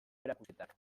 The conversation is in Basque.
erakusketak